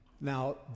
now